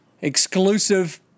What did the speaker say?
exclusive